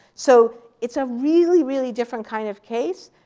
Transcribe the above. so it's a really, really different kind of case.